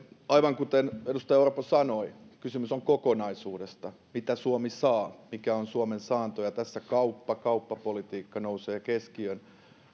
aivan kuten edustaja orpo sanoi kysymys on kokonaisuudesta mitä suomi saa mikä on suomen saanto ja tässä kauppa ja kauppapolitiikka nousevat keskiöön